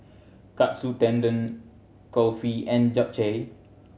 Katsu Tendon Kulfi and Japchae